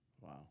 Wow